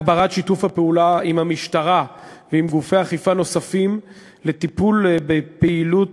הגברת שיתוף הפעולה עם המשטרה ועם גופי אכיפה נוספים בטיפול בפעילות